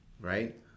right